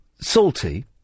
salty